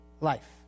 life